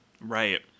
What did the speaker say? Right